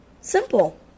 Simple